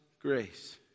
grace